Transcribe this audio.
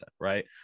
right